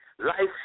Life